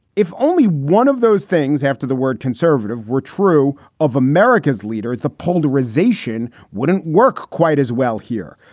if only one of those things after the word conservative were true of america's leader, the polarization wouldn't work quite as well here.